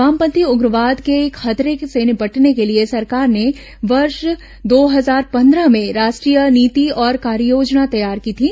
वामपंथी उग्रवाद के खतरे से निपटने के लिए सरकार ने वर्ष दो हजार पंद्रह में राष्ट्रीय नीति और कार्ययोजना तैयार की थी